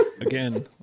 Again